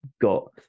got